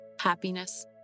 Happiness